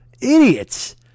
Idiots